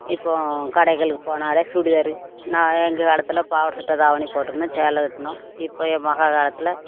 இப்போ கடைங்களுக்கு போனால் சுடிதார் நான் எங்கள் காலத்தில் பாவாடை சட்டை தாவணி போட்டுருந்தோம் சேலை கட்டினோம் இப்போ என் மகள் காலத்தில்